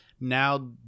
Now